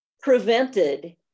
prevented